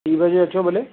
T वजे अचो भले